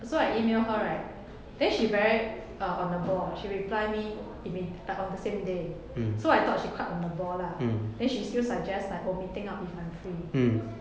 so I email her right then she very uh on the ball she reply me immedia~ like on the same day so I thought she quite on the ball lah then she still suggest like oh meeting up if I'm free